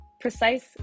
precise